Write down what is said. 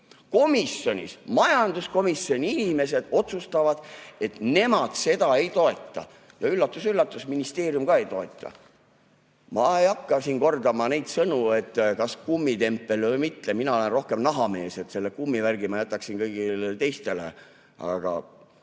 Aga ei, majanduskomisjoni inimesed otsustavad, et nemad seda ei toeta. Üllatus-üllatus, ministeerium ka ei toeta. Ma ei hakka siin kordama neid sõnu, kas kummitempel või mitte, mina olen rohkem nahamees, selle kummivärgi ma jätaksin kõigile teistele.